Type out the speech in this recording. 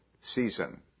season